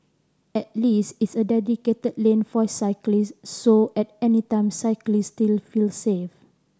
at least it's a dedicated lane for cyclists so at any time cyclists still feel safe